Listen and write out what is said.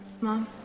mom